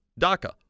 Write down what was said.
DACA